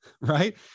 right